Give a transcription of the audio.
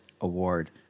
Award